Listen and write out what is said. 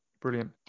Brilliant